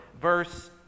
verse